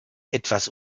etwas